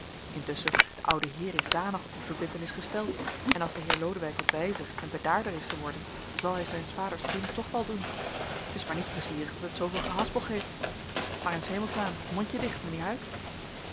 intusschen de oude heer is danig op die verbintenis gesteld en als de heer lodewijk wat wijzer en bedaarder is geworden zal hij zijns vaders zin toch wel doen t is maar niet pleizierig dat het zooveel gehaspel geeft maar in s hemels naam mondje dicht